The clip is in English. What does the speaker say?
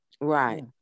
Right